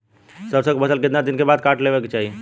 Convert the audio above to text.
सरसो के फसल कितना दिन के बाद काट लेवे के चाही?